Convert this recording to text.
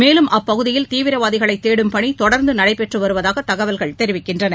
மேலும் அப்பகுதியில் தீவிரவாதிகளை தேடும் பணி தொடர்ந்து நடைபெற்று வருவதாக தகவல்கள் தெரிவிக்கின்றன